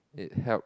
it help